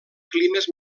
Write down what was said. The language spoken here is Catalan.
climes